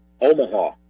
Omaha